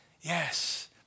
Yes